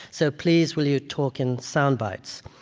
so please will you talk in sound bites.